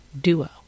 duo